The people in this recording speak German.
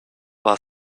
war